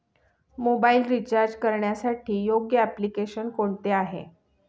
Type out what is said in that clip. Mobile recharge करण्यासाठी योग्य application कोणते आहे?